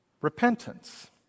repentance